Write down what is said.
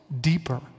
deeper